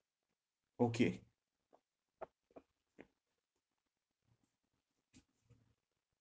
okay